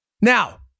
Now